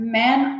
men